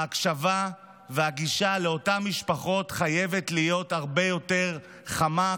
ההקשבה והגישה לאותן משפחות חייבת להיות הרבה יותר חמה,